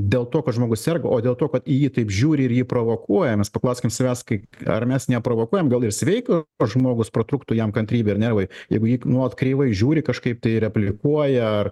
dėl to kad žmogus serga o dėl to kad į jį taip žiūri ir jį provokuoja mes paklauskim savęs kai ar mes neprovokuojam gal ir sveiko žmogus pratrūktų jam kantrybė ir nervai jeigu į jį nuolat kreivai žiūri kažkaip tai replikuoja ar